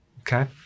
Okay